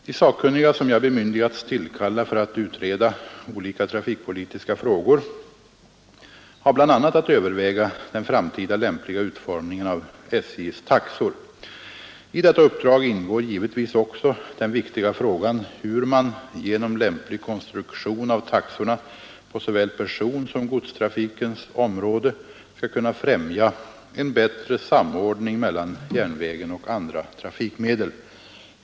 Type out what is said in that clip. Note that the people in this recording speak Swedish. De sakkunniga, som jag bemyndigats tillkalla för att utreda olika trafikpolitiska frågor, har bl.a. att överväga den framtida lämpliga utformningen av SJ:s taxor. I detta uppdrag ingår givetvis också den viktiga frågan, hur man genom lämplig konstruktion av taxorna på såväl personsom godstrafikens område skall kunna främja en bättre samordning mellan järnvägen och andra trafikmedel.